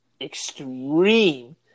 extreme